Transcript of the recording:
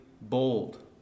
bold